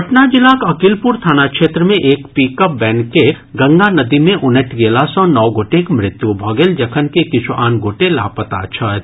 पटना जिलाक अकिलपुर थाना क्षेत्र मे एक पिकअप वैन के गंगा नदी मे उनटि गेला सँ नओ गोटेक मृत्यु भऽ गेल जखनकि किछु आन गोटे लापता छथि